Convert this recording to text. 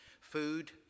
food